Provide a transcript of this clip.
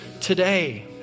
today